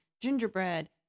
Gingerbread